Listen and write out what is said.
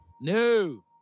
No